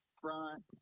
front